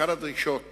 אחת הדרישות